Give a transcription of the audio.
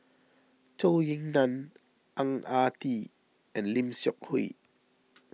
Zhou Ying Nan Ang Ah Tee and Lim Seok Hui